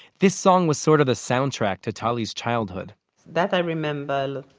this song was sort of the soundtrack to tali's childhood that i remember